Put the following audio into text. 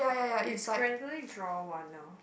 you ran~ randomly draw one now